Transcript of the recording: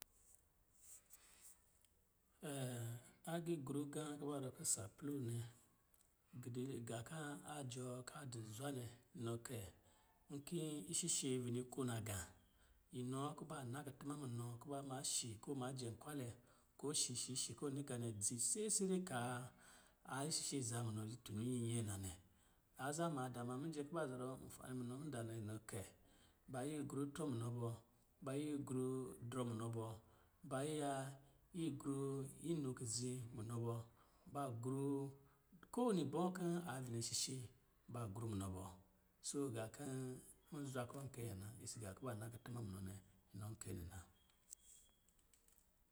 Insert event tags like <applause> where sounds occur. A agiigrugā kuba rɔ kɔ̄ sapulu nnɛ <hesitation> gā kan a jɔɔ ka di zwa nɛ, nɔ kɛ, nkin ishishe vini ko naga, inɔ wa kubana na kutuma munɔ, kuba ma shi kɔ maa jɛ nkwalɛ ko shishi shi ko ni ganɛ dzi sɛsɛrɛ kaa a ishishe zan munɔ tuni nyin yɛɛ na ɛn. Aza maadaa ma, mijɛ kuba zɔrɔ n faani munɔ mudaa nɛ, nɔ kɛ, ba yi gru itrɔ munɔ bɔ, ba yi gru, drɔ munɔ bɔ, ba iya igru inu gizi munɔ bɔ, ba gru ko wini bɔ kɔ̄ avini shishe, ba gru munɔ bɔ. Soo gā kɔ̄ nza kɔ kɛɛ na, isi ga kuba na kutuma munɔ nɛ, nɔ kɛɛ na.